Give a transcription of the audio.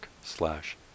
slash